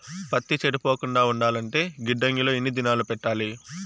పత్తి చెడిపోకుండా ఉండాలంటే గిడ్డంగి లో ఎన్ని దినాలు పెట్టాలి?